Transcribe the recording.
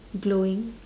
glowing